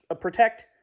protect